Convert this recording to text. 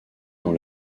dans